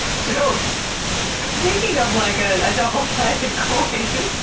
so speaking of like ah a double-sided coin!